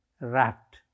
wrapped